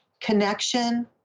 connection